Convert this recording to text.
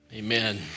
Amen